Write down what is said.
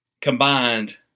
combined